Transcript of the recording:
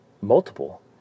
multiple